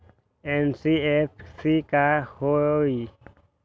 NBFC का होलहु?